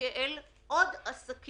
כאל עוד עסק